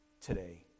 today